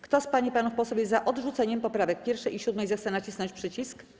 Kto z pań i panów posłów jest za odrzuceniem poprawek 1. i 7., zechce nacisnąć przycisk.